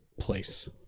place